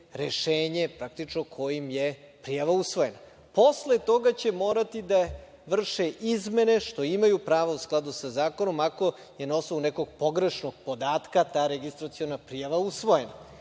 rešenje kojim je prijava usvojena. Posle toga će morati da vrše izmenu, što imaju pravo u skladu sa zakonom, ako je na osnovu nekog pogrešnog podatka ta registraciona prijava usvojena.